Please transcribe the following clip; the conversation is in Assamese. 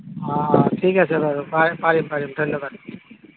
অঁ ঠিক আছে বাৰু পাৰিম পাৰিম পাৰিম ধন্যবাদ